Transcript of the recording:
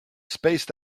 spaced